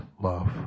love